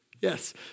Yes